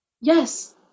yes